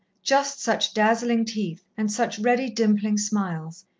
just such dazzling teeth and such ready, dimpling smiles,